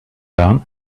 down